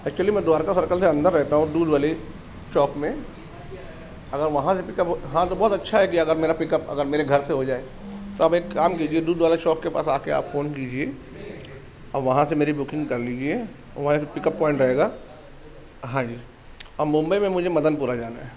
actually میں Dwarka circle سے اندر رہتا ہوں دودھ والی چوک میں اگر وہاں سے پک اپ ہو ہاں تو بہت اچھا ہے کہ اگر میرا پک اپ اگر میرے گھر سے ہو جائے تو آپ ایک کام کیجیے دودھ والے شاپ کے پاس آ کے آپ فون کیجیے اور وہاں سے میری بکنگ کر لیجیے اور وہیں سے پک اپ پوائنٹ رہے گا ہاں جی اور ممبئی میں مجھے مدن پورہ جانا ہے